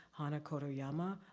hana kadoyama,